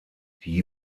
die